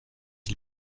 ils